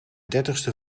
dertigste